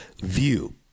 view